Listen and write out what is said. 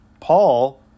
Paul